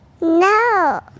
No